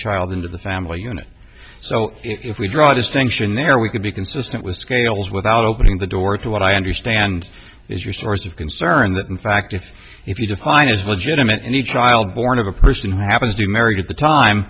child into the family unit so if we draw a distinction there we could be consistent with scales without opening the door to what i understand is your source of concern that in fact if if you define is legitimate any child born of a person who happens to marry at the time